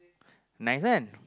nice one